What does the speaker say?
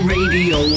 Radio